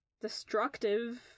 destructive